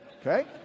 Okay